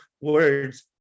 words